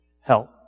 help